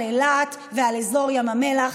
על אילת ועל אזור ים המלח,